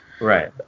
right